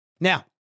Now